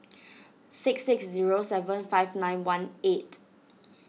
six six zero seven five nine one eight